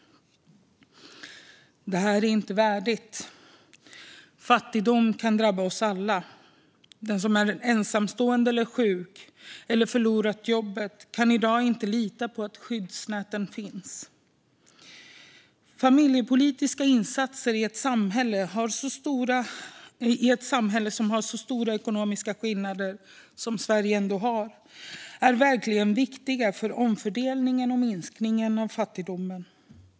Det här är inte värdigt. Fattigdom kan drabba oss alla. Den som är ensamstående eller sjuk eller förlorar jobbet kan i dag inte lita på att ett skyddsnät finns. Familjepolitiska insatser i ett samhälle som har så stora ekonomiska skillnader som Sverige har är verkligen viktiga för omfördelningen och för att minska fattigdomen.